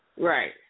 Right